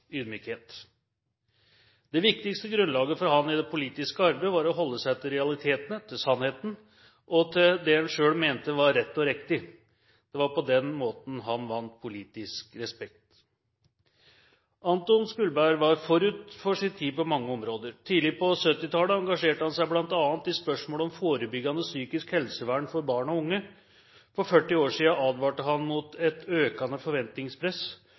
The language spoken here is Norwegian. Det viktigste grunnlaget for ham i det politiske arbeidet var å holde seg til realitetene, til sannheten og til det en selv mente var rett og riktig. Det var på den måten han vant politisk respekt. Anton Skulberg var forut for sin tid på mange områder. Tidlig på 1970-tallet engasjerte han seg bl.a. i spørsmål om forebyggende psykisk helsevern for barn og unge. For 40 år siden advarte han mot et økende forventningspress